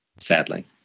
sadly